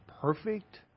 perfect